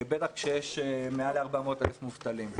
בטח כשיש מעל 400,000 מובטלים.